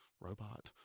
robot